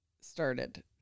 started